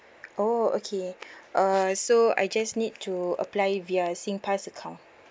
oh okay uh so I just need to apply via singpass account